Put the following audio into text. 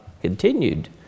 continued